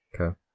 Okay